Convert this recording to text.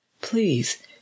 Please